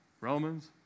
Romans